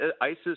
ISIS